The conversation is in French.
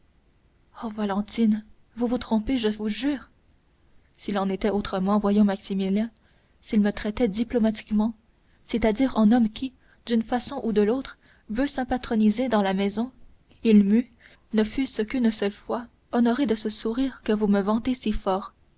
vous vous trompez je vous jure s'il en était autrement voyons maximilien s'il me traitait diplomatiquement c'est-à-dire en homme qui d'une façon ou de l'autre veut s'impatroniser dans la maison il m'eût ne fût-ce qu'une seule fois honorée de ce sourire que vous me vantez si fort